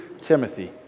Timothy